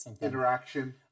interaction